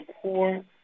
poor